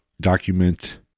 document